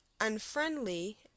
unfriendly